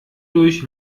durch